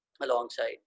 alongside